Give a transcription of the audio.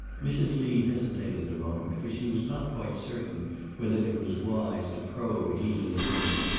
mrs. lee hesitated a moment, for she was not quite certain whether it was wise to probe a healing wound,